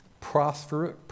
prosperous